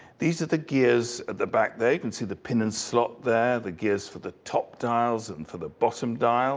these are the gears at the back there, you can see the pin and slot there, the gears for the top dials and for the bottom dials.